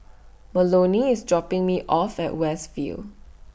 Melonie IS dropping Me off At West View